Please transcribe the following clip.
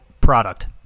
product